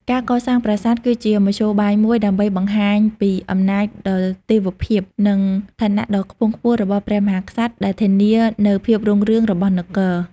ការកសាងប្រាសាទ គឺជាមធ្យោបាយមួយដើម្បីបង្ហាញពីអំណាចដ៏ទេវភាព និងឋានៈដ៏ខ្ពង់ខ្ពស់របស់ព្រះមហាក្សត្រ ដែលធានានូវភាពរុងរឿងរបស់នគរ។